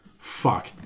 fuck